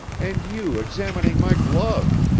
and you examining my glove.